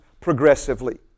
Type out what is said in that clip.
progressively